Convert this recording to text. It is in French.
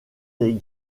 les